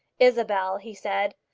isabel, he said,